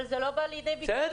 אבל זה לא בא לידי ביטוי.